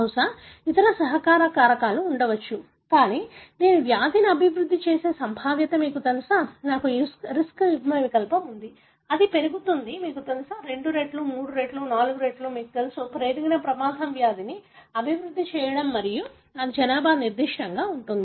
బహుశా ఇతర సహకార కారకాలు ఉండవచ్చు కానీ నేను వ్యాధిని అభివృద్ధి చేసే సంభావ్యత మీకు తెలుసా నాకు రిస్క్ యుగ్మవికల్పం ఉంటే అది పెరుగుతుంది మీకు తెలుసు రెండు రెట్లు మూడు రెట్లు నాలుగు రెట్లు మీకు తెలుసు పెరిగిన ప్రమాదం వ్యాధిని అభివృద్ధి చేయడం మరియు ఇది జనాభా నిర్దిష్టంగా ఉంటుంది